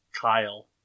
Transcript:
Kyle